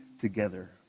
together